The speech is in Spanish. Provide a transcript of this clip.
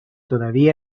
todavía